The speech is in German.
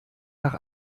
nach